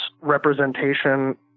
representation